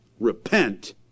Repent